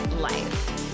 life